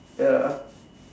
ya